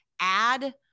add